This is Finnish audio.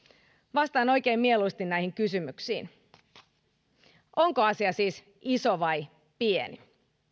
vastaan oikein mieluusti näihin kysymyksiin onko asia siis iso vai pieni